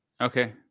Okay